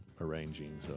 arranging